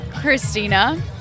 Christina